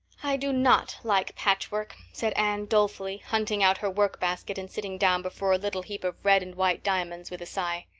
i do not like patchwork, said anne dolefully, hunting out her workbasket and sitting down before a little heap of red and white diamonds with a sigh.